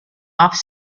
off